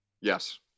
Yes